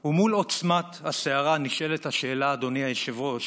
ומול עוצמת הסערה נשאלת השאלה, אדוני היושב-ראש: